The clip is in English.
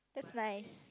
nice